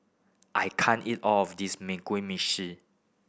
I can't eat all of this meshi